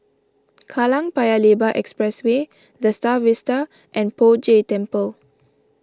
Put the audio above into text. Kallang Paya Lebar Expressway the Star Vista and Poh Jay Temple